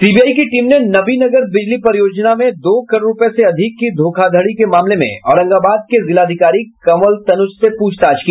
CBI की team ने नबीनगर बिजली परियोजना में दो करोड़ रूपये से अधिक की धोखाधड़ी के मामले में औरंगाबाद के जिलाधिकारी कंवल तनुज से प्रछताछ की